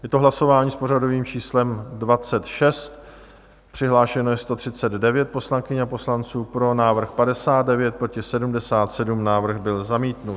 Je to hlasování s pořadovým číslem 26, přihlášeno je 139 poslankyň a poslanců, pro návrh 59, proti 77, návrh byl zamítnut.